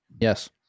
Yes